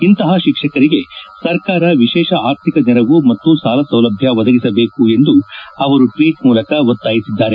ಇಂತಹ ಶಿಕ್ಷಕರಿಗೆ ಸರ್ಕಾರ ವಿಶೇಷ ಆರ್ಥಿಕ ನೆರವು ಮತ್ತು ಸಾಲ ಸೌಲಭ್ಯ ಒದಗಿಸಬೇಕು ಎಂದು ಅವರು ಟ್ವೀಟ್ ಮೂಲಕ ಒತ್ತಾಯಿಸಿದ್ದಾರೆ